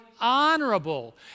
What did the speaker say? honorable